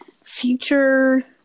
Future